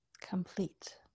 complete